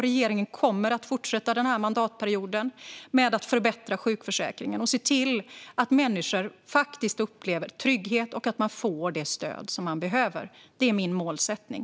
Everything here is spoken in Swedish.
Regeringen kommer att fortsätta den här mandatperioden med att förbättra sjukförsäkringen och se till att människor upplever trygghet och får det stöd som de behöver. Det är min målsättning.